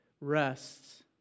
rests